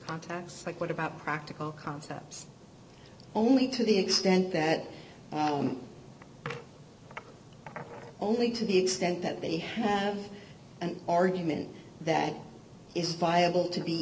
contacts like what about practical concepts only to the extent that only to the extent that they have an argument that is viable to be